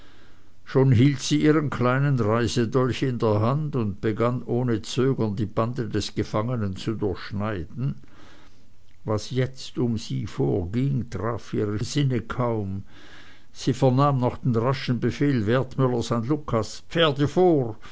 schon hielt sie ihren kleinen reisedolch in der hand und begann ohne zögern die bande des gefangenen zu durchschneiden was jetzt um sie vorging traf ihre sinne kaum sie vernahm noch den raschen befehl wertmüllers an lucas pferde vor